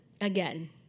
again